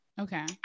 Okay